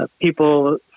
people